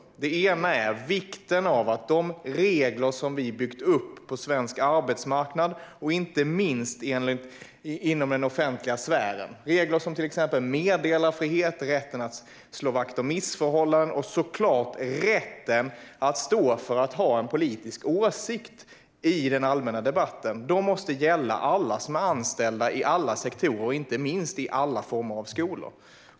För det första gäller det vikten av de regler som har byggts upp på svensk arbetsmarknad, inte minst inom den offentliga sfären, till exempel meddelarfrihet, rätten att slå larm om missförhållanden och rätten att stå för att ha en politisk åsikt i den allmänna debatten. Dessa regler måste gälla alla som är anställda i alla sektorer, och inte minst i alla former av skolor.